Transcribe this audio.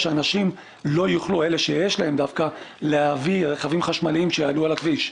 אנשים לא יוכלו להביא רכבים חשמליים שיעלו על הכביש,